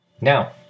Now